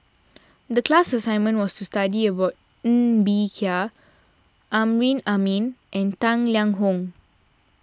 the class assignment was to study about Ng Bee Kia Amrin Amin and Tang Liang Hong